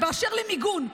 באשר למיגון,